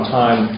time